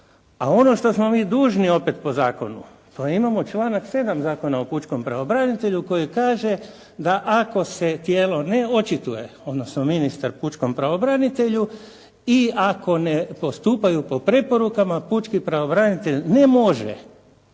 a ono što smo mi dužni opet po zakonu pa imamo članak 7. Zakona o pučkom pravobranitelju koji kaže da ako se tijelo ne očituje, odnosno ministar pučkom pravobranitelju i ako ne postupaju po preporukama pučki pravobranitelj ne može,